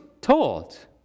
told